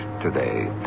today